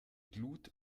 glut